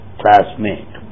classmate